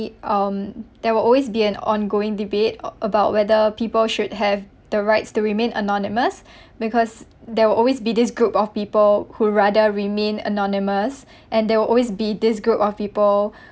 um there will always be an ongoing debate oh about whether people should have the rights to remain anonymous because there will always be this group of people who rather remain anonymous and there will always be this group of people